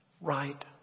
Right